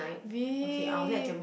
B